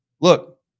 look